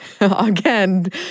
again